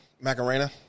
Macarena